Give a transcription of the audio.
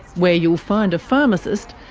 where you will find a pharmacist,